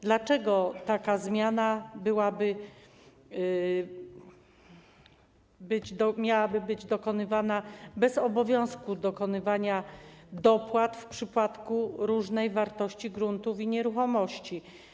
Dlaczego taka zmiana miałaby być dokonywana bez obowiązku dokonywania dopłat w przypadku różnej wartości gruntów i nieruchomości?